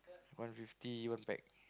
one fifty one pack